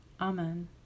amen